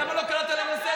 למה לא קראת אותם לסדר?